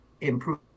improve